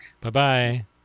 Bye-bye